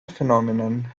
phenomenon